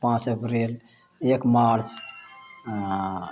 पाँच अप्रील एक मार्च आ